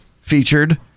featured